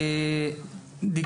פרופ' דינה בן יהודה,